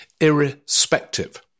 irrespective